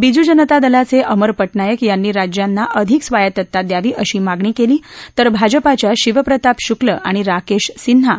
बिजू जनता दलाचे अमर पजायक यानी राज्यांना अधिक स्वायत्तता द्यावी अशी मागणी केली तर भाजपाच्या शिव प्रताप शुल्क आणि राकेश सिन्हा